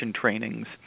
trainings